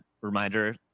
reminder